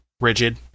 rigid